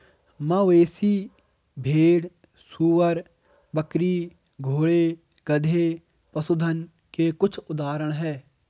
मवेशी, भेड़, सूअर, बकरी, घोड़े, गधे, पशुधन के कुछ उदाहरण हैं